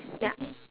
yup